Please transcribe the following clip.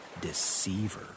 deceiver